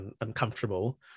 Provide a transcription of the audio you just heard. uncomfortable